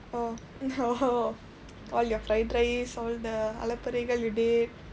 oh oh all your fried rice all the அலப்பறைகள்:alapparaikal you did